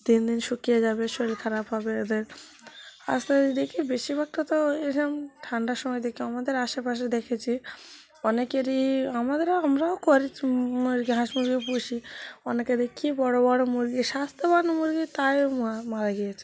দিন দিন শুকিয়ে যাবে শরীর খারাপ হবে এদের আস্তে আস্তে দেখি বেশিরভাগটা তো এইরকম ঠান্ডার সময় দেখতাম আমাদের আশেপাশে দেখেছি অনেকেরই আমাদেরও আমরাও করি মুরগি হাঁস মুরগি পুষি অনেকে দেখি বড় বড় মুরগি স্বাস্থ্যবান মুরগি তাই মারা গিয়েছে